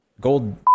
Gold